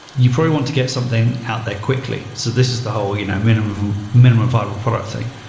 you probably want to get something out there quickly, so this is the whole you know minimum minimum viable product thing.